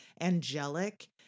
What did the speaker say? angelic